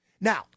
Now